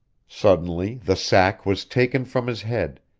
suddenly the sack was taken from his head,